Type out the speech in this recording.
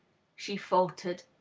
she faltered.